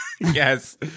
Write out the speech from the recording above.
Yes